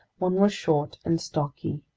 one was short and stocky,